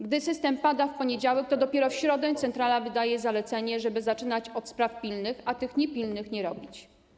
Gdy system pada w poniedziałek, to dopiero w środę centrala wydaje zalecenie, żeby zaczynać od spraw pilnych, a tych niepilnych nie robić.